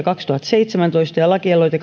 kaksituhattaseitsemäntoista ja lakialoite